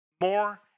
more